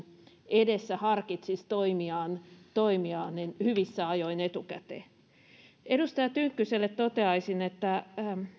edessä harkitsisi toimiaan toimiaan hyvissä ajoin etukäteen edustaja tynkkyselle toteaisin että